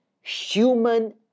human